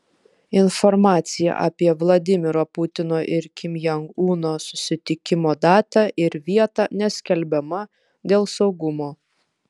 informacija apie vladimiro putino ir kim jong uno susitikimo datą ir vietą neskelbiama dėl saugumo